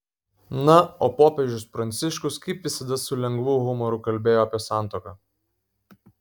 na o popiežius pranciškus kaip visada su lengvu humoru kalbėjo apie santuoką